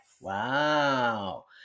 Wow